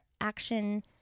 action